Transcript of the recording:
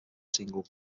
single